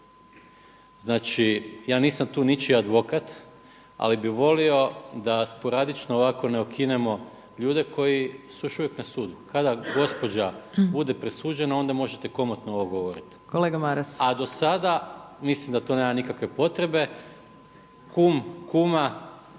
Znači, ja nisam tu ničiji advokat, ali bih volio da sporadično ovako ne okinemo ljude koji su još uvijek na sudu. Kada gospođa bude presuđena onda možete komotno ovo govoriti. … /Upadica Opačić: Kolega Maras./